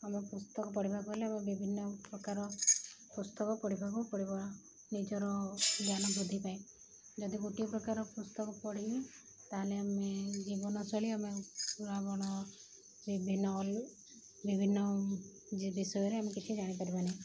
ଆମେ ପୁସ୍ତକ ପଢ଼ିବାକୁ ହେଲେ ଆମ ବିଭିନ୍ନ ପ୍ରକାର ପୁସ୍ତକ ପଢ଼ିବାକୁ ପଡ଼ବ ନିଜର ଜ୍ଞାନ ବୃଦ୍ଧି ପା ପାଇଁ ଯଦି ଗୋଟିଏ ପ୍ରକାର ପୁସ୍ତକ ପଢ଼ିବି ତାହେଲେ ଆମେ ଜୀବନଶୈଳୀ ଆମେ ପୁରାଣ ବିଭିନ୍ନ ବିଭିନ୍ନ ବିଷୟରେ ଆମେ କିଛି ଜାଣିପାରିବାନି